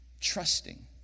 trusting